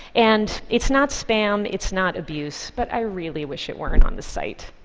and it's not spam, it's not abuse, but i really wish it weren't on the site.